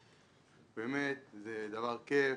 באמת זה דבר כייף.